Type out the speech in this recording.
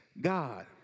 God